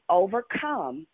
overcome